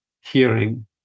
hearing